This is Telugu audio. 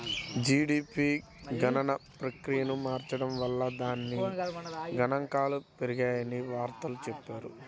జీడీపీ గణన ప్రక్రియను మార్చడం వల్ల దాని గణాంకాలు పెరిగాయని వార్తల్లో చెప్పారు